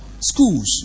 schools